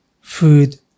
food